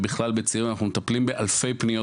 בכלל בצעירים אנחנו מטפלים באלפי פניות